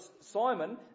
Simon